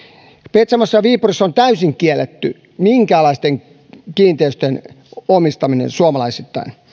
petsamossa ja viipurissa on täysin kielletty minkäänlaisten kiinteistöjen omistaminen suomalaisittain